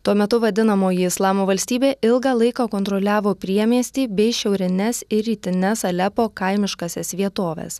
tuo metu vadinamoji islamo valstybė ilgą laiką kontroliavo priemiestį bei šiaurines ir rytines alepo kaimiškąsias vietoves